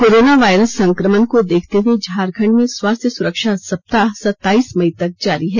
corona virus संक्रमण को देखते हुए झारखंड में स्वास्थ्य सुरक्षा सप्ताह सताइस मई तक जारी है